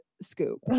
scoop